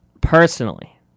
personally